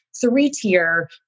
three-tier